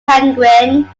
penguin